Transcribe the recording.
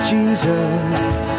Jesus